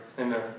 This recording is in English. Amen